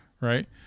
right